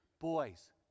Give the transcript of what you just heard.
Boys